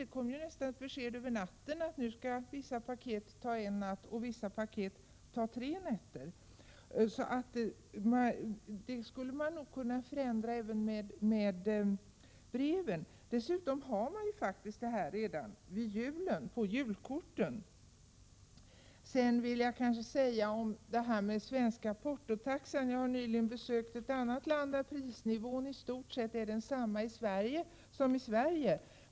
Det kom ju besked nästan efter en natt om att vissa paket skall kräva en natt och vissa andra tre nätter. Så problemet skulle nog kunna klaras även när det gäller breven. Dessutom fungerar det ju redan i jultid när det gäller julkorten. Beträffande den svenska portotaxan skulle jag vilja säga att jag nyligen har besökt ett annat land där prisnivån i stort sett är densamma som i Sverige.